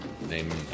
named